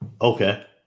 Okay